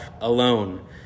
alone